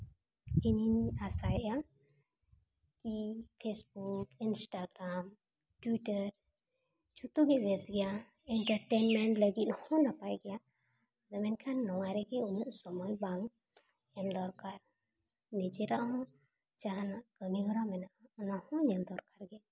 ᱤᱧᱤᱧ ᱟᱥᱟᱭᱮᱫᱼᱟ ᱠᱤ ᱯᱷᱮᱥᱵᱩᱠ ᱤᱱᱥᱴᱟᱜᱨᱟᱢ ᱴᱩᱭᱴᱟᱨ ᱡᱚᱛᱚᱜᱮ ᱵᱮᱥ ᱜᱮᱭᱟ ᱤᱱᱴᱟᱨᱴᱮᱱᱢᱮᱱᱴ ᱞᱟᱹᱜᱤᱫ ᱦᱚᱸ ᱱᱟᱯᱟᱭ ᱜᱮᱭᱟ ᱟᱫᱚ ᱢᱮᱱᱠᱷᱟᱱ ᱱᱚᱣᱟ ᱨᱮᱜᱮ ᱩᱱᱟᱹᱜ ᱥᱚᱢᱚᱭ ᱵᱟᱝ ᱮᱢ ᱫᱚᱨᱠᱟᱨ ᱱᱤᱡᱮᱨᱟᱜ ᱦᱚᱸ ᱡᱟᱦᱟᱱᱟᱜ ᱠᱟᱹᱢᱤ ᱦᱚᱨᱟ ᱢᱮᱱᱟᱜᱼᱟ ᱚᱱᱟ ᱦᱚᱸ ᱧᱮᱞ ᱫᱚᱨᱠᱟᱨ ᱜᱮ